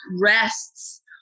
rests